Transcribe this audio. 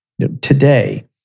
today